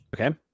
Okay